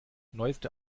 neueste